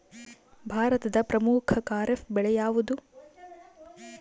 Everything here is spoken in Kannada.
ಭಾರತದ ಪ್ರಮುಖ ಖಾರೇಫ್ ಬೆಳೆ ಯಾವುದು?